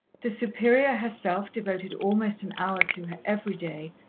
the superior herself devoted almost an hour to her every day,